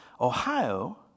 Ohio